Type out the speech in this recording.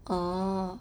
orh